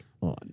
on